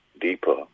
deeper